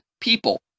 people